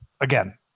again